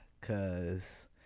Cause